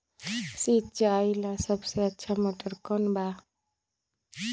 सिंचाई ला सबसे अच्छा मोटर कौन बा?